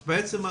אז את אומרת,